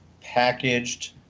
packaged